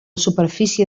superfície